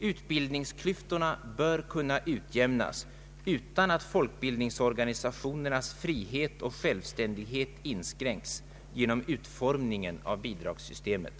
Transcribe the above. Utbildningsklyftorna bör kunna utjämnas utan att folkbildningsorganisationernas frihet och självständighet inskränks genom utformningen av bidragssystemet.